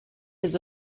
his